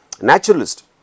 naturalist